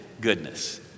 goodness